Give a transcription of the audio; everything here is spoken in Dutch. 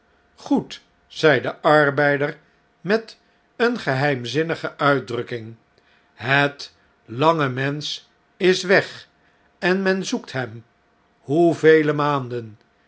goed zei de arbeider met eene geheimzinnige uitdrukking het lange mensch is weg en men zoekt hem hoevele maanden